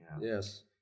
Yes